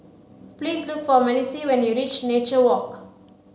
please look for Malissie when you reach Nature Walk